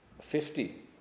Fifty